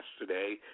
yesterday